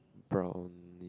brown